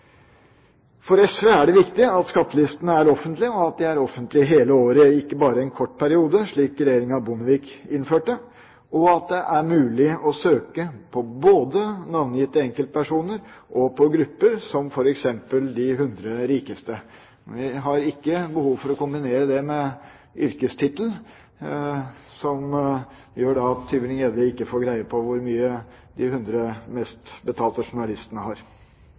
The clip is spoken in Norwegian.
For Sosialistisk Venstreparti er det viktig at skattelistene er offentlige, og at de er offentlige hele året – ikke bare en kort periode, slik regjeringen Bondevik innførte – og at det er mulig å søke på både navngitte enkeltpersoner og på grupper, som f.eks. de 100 rikeste. Vi har ikke behov for å kombinere det med yrkestittel, noe som gjør at Tybring-Gjedde ikke får greie på hvor mye de 100 best betalte journalistene har.